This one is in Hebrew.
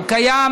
הוא קיים